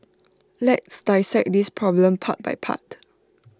let's dissect this problem part by part